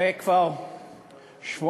זה כבר שבועיים